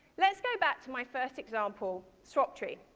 let's go back to my first example, swaptree.